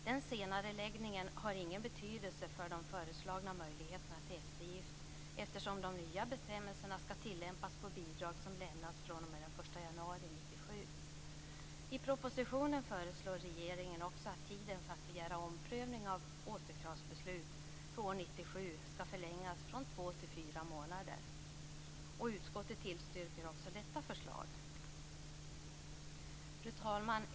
Den senareläggningen har ingen betydelse för de föreslagna möjligheterna till eftergift, eftersom de nya bestämmelserna skall tillämpas på bidrag som lämnats fr.o.m. den 1 januari 1997. I propositionen föreslår regeringen också att tiden för att begära omprövning av återkravsbeslut för år 1997 skall förlängas från två till fyra månader. Utskottet tillstyrker också detta förslag. Fru talman!